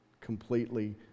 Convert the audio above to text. completely